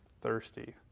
thirsty